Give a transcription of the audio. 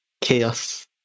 Chaos